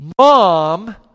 Mom